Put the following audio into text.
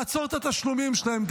לעצור את התשלומים שלהם.